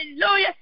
Hallelujah